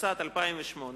התשס"ט 2008,